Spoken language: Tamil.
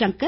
சங்கர்